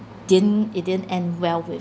didn't it didn't end well